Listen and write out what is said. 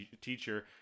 teacher